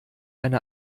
eine